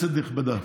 כנסת נכבדה,